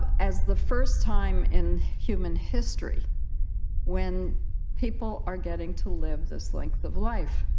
as the first time in human history when people are getting to live this length of life